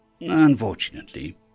Unfortunately